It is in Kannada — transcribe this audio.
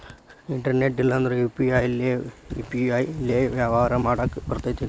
ಇಂಟರ್ನೆಟ್ ಇಲ್ಲಂದ್ರ ಯು.ಪಿ.ಐ ಲೇ ವ್ಯವಹಾರ ಮಾಡಾಕ ಬರತೈತೇನ್ರೇ?